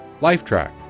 Lifetrack